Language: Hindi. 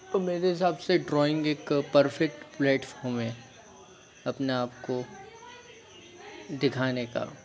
और मेरे हिसाब से ड्रॉइंग एक पर्फ़ेक्ट प्लेटफ़ॉर्म है अपने आप को दिखाने का